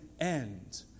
end